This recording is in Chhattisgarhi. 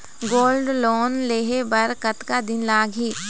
गोल्ड लोन लेहे बर कतका दिन लगही?